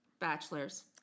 Bachelors